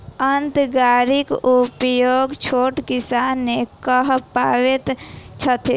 अन्न गाड़ीक उपयोग छोट किसान नै कअ पबैत छैथ